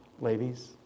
ladies